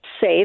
say